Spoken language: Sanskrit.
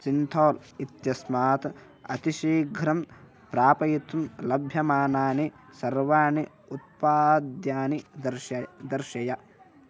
सिन्थाल् इत्यस्मात् अतिशीघ्रं प्रापयितुं लभ्यमानानि सर्वाणि उत्पाद्यानि दर्शय दर्शय